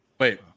Wait